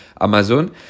Amazon